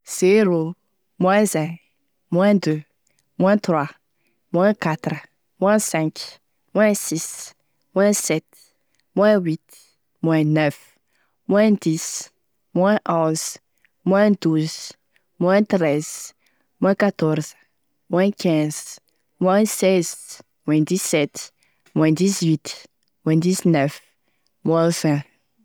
Zéro, moins un, moins deux, moins trois, moins quatre, moins cinq, moins six, moins sept, moins huit, moins neuf, moins dix, moins onze, moins douze, moins treize, moins quatorze, moins quinze, moins seize, moins dix-sept, moins dix-huit, moins dix-neuf, moins vingt.